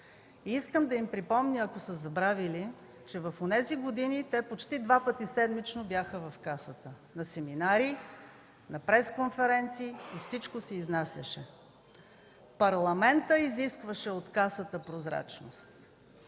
и искам да им припомня, ако са забравили, че в онези години те почти два пъти седмично бяха в Касата на семинари, на пресконференции и всичко се изнасяше. Парламентът изискваше от Касата прозрачност.